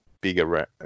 bigger